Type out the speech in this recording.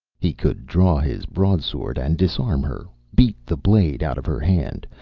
he could draw his broadsword and disarm her, beat the blade out of her hand,